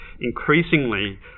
increasingly